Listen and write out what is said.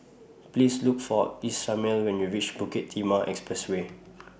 Please Look For Ishmael when YOU REACH Bukit Timah Expressway